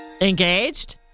Engaged